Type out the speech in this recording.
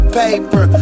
paper